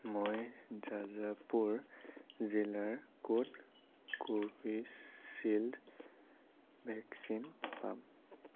মই জাজাপুৰ জিলাৰ ক'ত কোভিশ্বিল্ড ভেকচিন পাম